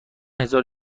هزارو